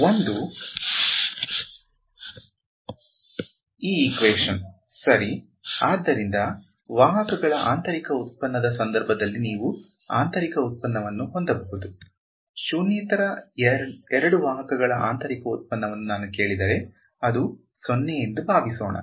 ಒಂದು ಸರಿ ಆದ್ದರಿಂದ ವಾಹಕಗಳ ಆಂತರಿಕ ಉತ್ಪನ್ನದ ಸಂದರ್ಭದಲ್ಲಿ ನೀವು ಆಂತರಿಕ ಉತ್ಪನ್ನವನ್ನು ಹೊಂದಬಹುದು ಶೂನ್ಯೇತರ ಎರಡು ವಾಹಕಗಳ ಆಂತರಿಕ ಉತ್ಪನ್ನವನ್ನು ನಾನು ಕೇಳಿದರೆ ಅದು 0 ಎಂದು ಭಾವಿಸೋಣ